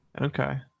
Okay